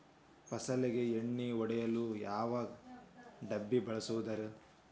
ಫಸಲಿಗೆ ಎಣ್ಣೆ ಹೊಡೆಯಲು ಯಾವ ಡಬ್ಬಿ ಬಳಸುವುದರಿ?